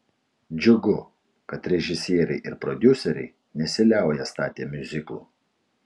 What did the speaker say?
džiugu kad režisieriai ir prodiuseriai nesiliauja statę miuziklų